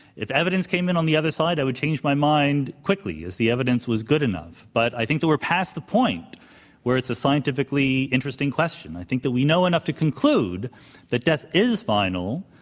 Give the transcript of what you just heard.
if evidence came in on the other side, i would change my mind quickly, if the evidence was good enough. but i think that we're past the point where it's a scientifically interesting question. i think that we know enough to conclude that death is final.